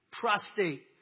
Prostate